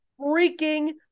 freaking